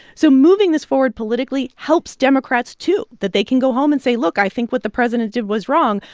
so moving this forward politically helps democrats, too that they can go home and say, look. i think what the president did was wrong,